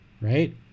right